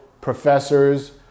professors